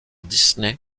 disney